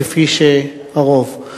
כפי הרוב.